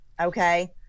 Okay